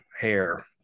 hair